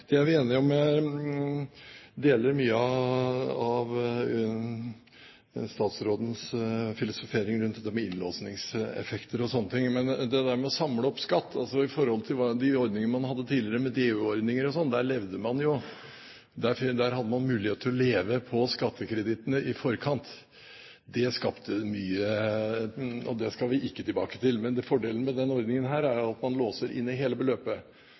det er vi enige om. Jeg deler mye av statsrådens filosofering rundt dette med innlåsningseffekter og slike ting. Til det med å samle opp skatt. Med de ordningene man hadde tidligere, DU-ordninger og slikt, hadde man mulighet til å leve på skattekredittene i forkant, og det skal vi ikke tilbake til. Fordelen med denne ordningen er at man låser inn hele beløpet.